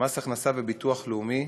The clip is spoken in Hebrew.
מס הכנסה וביטוח לאומי